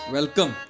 Welcome